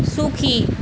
সুখী